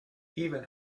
even